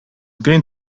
going